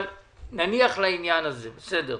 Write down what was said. נניח לעניין הזה, בסדר,